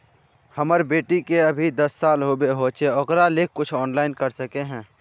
हमर बेटी के अभी दस साल होबे होचे ओकरा ले कुछ ऑनलाइन कर सके है?